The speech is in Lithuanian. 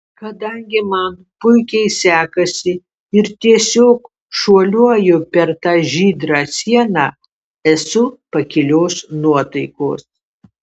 kadangi man puikiai sekasi ir tiesiog šuoliuoju per tą žydrą sieną esu pakilios nuotaikos